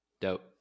Dope